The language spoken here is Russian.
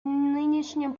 нынешнем